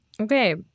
Okay